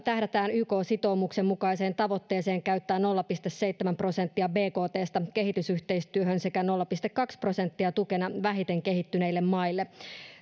tähdätään yk sitoumuksen mukaiseen tavoitteeseen käyttää nolla pilkku seitsemän prosenttia bktstä kehitysyhteistyöhön sekä nolla pilkku kaksi prosenttia tukena vähiten kehittyneille maille